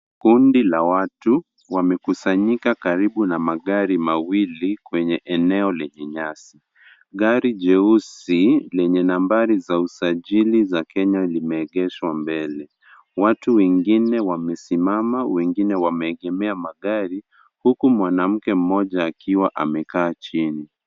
Kundi la watu wamekusanyika karibu na magari mawili kwenye eneo lenye nyasi. Gari jeusi lenye nambari za usajili za Kenya limeegeshwa mbele. Watu wengine wamesima, wengine wameegemea magari huku mwanamke mmoja akiwa amekaa chini.